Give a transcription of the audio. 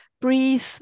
breathe